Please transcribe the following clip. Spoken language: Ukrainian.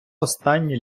останні